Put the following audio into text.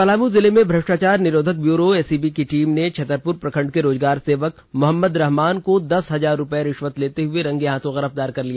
पलामू जिलें में भष्ट्राचार निरोधक ब्योरो एसीबी टीम ने छतरपुर प्रखंड के रोजगार सेवक मोहम्मद रहमान को दस हजार रूपये रिश्वत लेते हुए रंगे हाथों गिरफ्तार किया